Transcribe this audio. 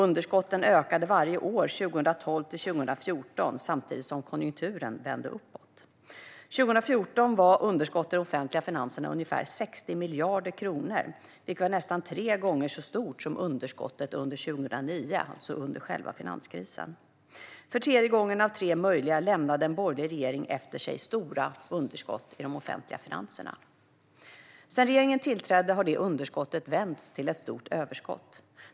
Underskotten ökade varje år 2012-2014 samtidigt som konjunkturen vände upp. År 2014 var underskottet i de offentliga finanserna ungefär 60 miljarder kronor, vilket var ett nästan tre gånger så stort underskott som 2009, alltså under själva finanskrisen. För tredje gången av tre möjliga lämnade en borgerlig regering efter sig stora underskott i de offentliga finanserna. Sedan regeringen tillträdde har detta underskott vänts till ett stort överskott.